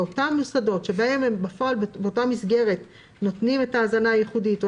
באותם מוסדות שבהם הם בפועל נותנים את ההזנה הייחודית או